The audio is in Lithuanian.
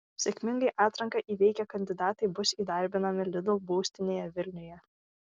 sėkmingai atranką įveikę kandidatai bus įdarbinami lidl būstinėje vilniuje